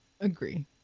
Agree